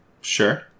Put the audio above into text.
sure